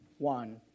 One